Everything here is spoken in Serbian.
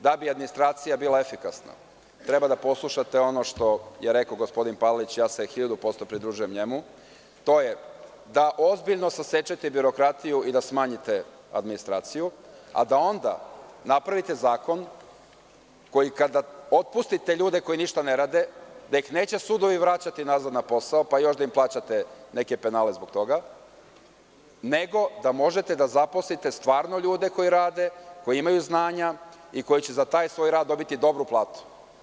Da bi administracija bila efikasna, treba da poslušate ono što je rekao gospodin Palalić i ja se hiljadu posto pridružujem njemu, a to je – da ozbiljno sasečete birokratiju i smanjite administraciju, a da onda napravite zakon koji kada otpustite ljude koji ništa ne rade, da ih neće sudovi vraćati nazad na posao, pa još da im plaćate neke penale zbog toga, nego da možete da zaposlite stvarno ljude koji rade, koji imaju znanja i koji će za taj svoj rad dobiti dobru platu.